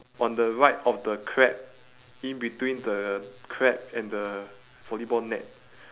on the right of the crab in between the crab and the volleyball net